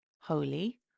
holy